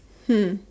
hmm